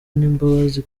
n’imbabazi